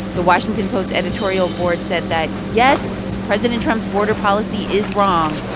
the washington post editorial board said that, yes, president trump's border policy is wrong.